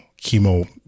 chemo